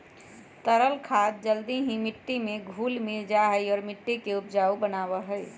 तरल खाद जल्दी ही मिट्टी में घुल मिल जाहई और मिट्टी के उपजाऊ बनावा हई